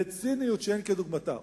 בציניות שאין כדוגמתה,